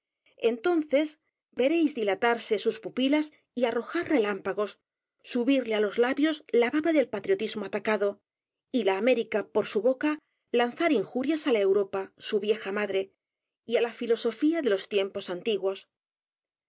entonces veréis dilatarse sus pupilas y arrojar relámpagos subirle á los labios la baba del patriotismo atacado y la américa por su boca lanzar injurias á la europa su vieja m a d r e y á la filosofía de los tiempos antiguos